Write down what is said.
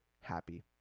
happy